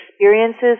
experiences